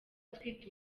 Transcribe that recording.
atwite